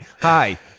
hi